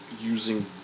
using